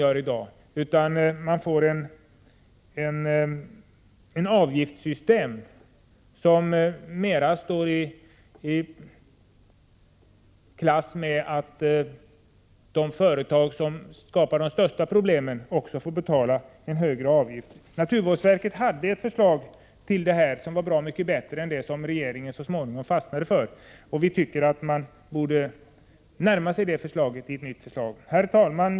I stället anser vi att man skall ha ett avgiftssystem som går ut på att de företag som skapar de största problemen också får betala högre avgifter. Naturvårdsverket hade ett förslag i denna riktning som var bra mycket bättre än det som regeringen så småningom fastnade för. Vi tycker att regeringen borde lägga fram ett förslag i den riktningen i stället. Herr talman!